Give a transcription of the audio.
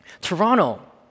Toronto